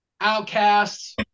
outcasts